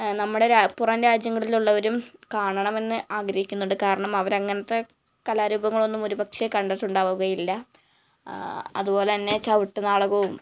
നമ്മുടെ രാ പുറം രാജ്യങ്ങളിലുള്ളവരും കാണണമെന്ന് ആഗ്രഹിക്കുന്നുണ്ട് കാരണം അവർ അങ്ങനത്തെ കലാരൂപങ്ങളൊന്നും ഒരുപക്ഷെ കണ്ടിട്ടുണ്ടാവുകയില്ല അതുപോലെ തന്നെ ചവിട്ട് നാടകവും